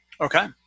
okay